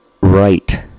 right